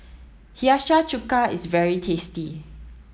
Hiyashi Chuka is very tasty